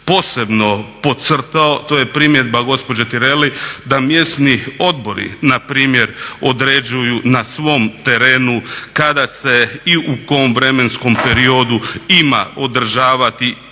posebno podcrtao to je primjedba gospođe Tireli da mjesni odbori na primjer određuju na svom terenu kada se i u kojem vremenskom periodu ima održavati neka